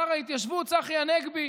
שר ההתיישבות צחי הנגבי